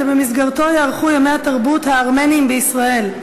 שבמסגרתו ייערכו ימי התרבות הארמניים בישראל.